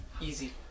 Easy